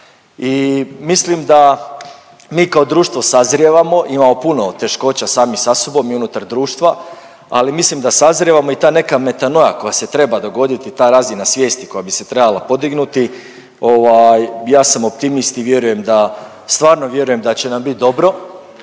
I mislim da mi kao društvo sazrijevamo, imamo puno teškoća sami sa sobom i unutar društva, ali mislim da sazrijevamo i ta neka metanoa koja se treba dogoditi i ta razina svijesti koja bi se trebala podignuti ovaj ja sam optimist i vjerujem da, stvarno vjerujem da će nam bit dobro,